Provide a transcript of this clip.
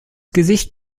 gesicht